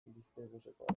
bizkaibusekoek